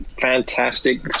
Fantastic